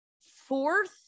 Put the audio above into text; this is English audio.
fourth